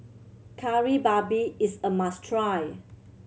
Kari Babi is a must try